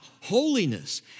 holiness